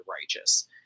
Righteous